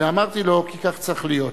ואמרתי לו: כי כך צריך להיות.